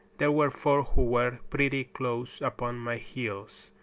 there were four who were pretty close upon my heels,